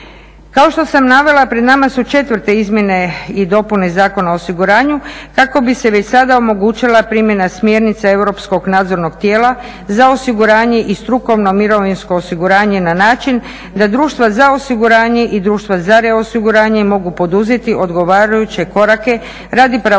Kao što sam navela, pred nama su četvrte izmjene i dopune Zakon o osiguranju kako bi se već sada omogućila primjena smjernica Europskog nadzornog tijela za osiguranje i strukovno mirovinsko osiguranje na način da društva za osiguranje i društva za reosiguranje mogu poduzeti odgovarajuće korake radi pravovremene